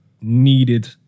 needed